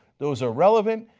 those are relevant,